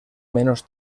menos